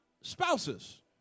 spouses